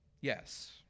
Yes